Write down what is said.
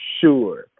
sure